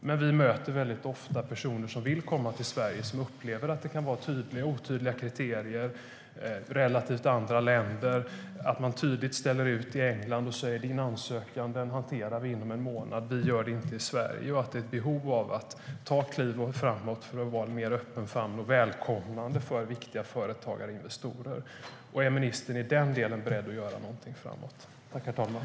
Men vi möter ofta personer som vill komma till Sverige och som upplever att det kan vara otydliga kriterier relativt andra länder. I England säger man tydligt att en ansökan hanteras inom en månad. Men i Sverige gör vi inte det. Det finns ett behov av att det tas kliv framåt för att Sverige ska vara en mer öppen famn och vara välkomnande för viktiga företagsinvesterare. Är ministern beredd att framöver göra någonting i den delen?